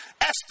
Esther